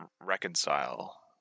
reconcile